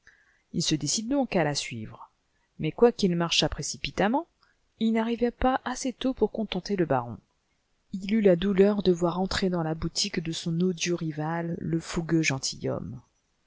il se décide donc à la suivre mais quoiqu'il marchât précipitamment il n'arriva pas assez tôt pour contenter le baron il eut la douleur de voir entrer dans la boutique de son odieux rival le fougueux